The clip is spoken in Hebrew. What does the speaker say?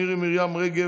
מירי מרים רגב,